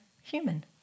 human